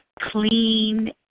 clean